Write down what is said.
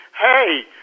hey